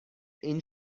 این